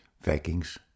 Vikings